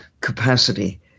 capacity